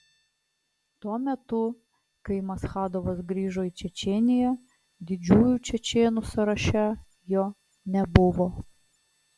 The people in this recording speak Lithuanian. tuo metu kai maschadovas grįžo į čečėniją didžiųjų čečėnų sąraše jo nebuvo